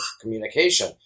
communication